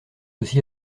aussi